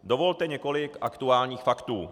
Dovolte několik aktuálních faktů.